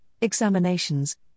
examinations